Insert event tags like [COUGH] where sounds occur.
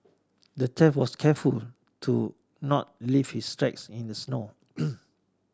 the thief was careful to not leave his tracks in the snow [NOISE]